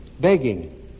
begging